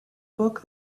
book